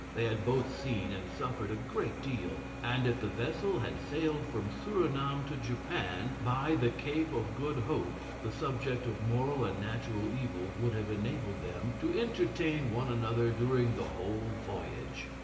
they had both seen and suffered a great deal and if the vessel had sailed from surinam to japan, by the cape of good hope, the subject of moral and natural evil would have enabled them to entertain one another during the whole voyage.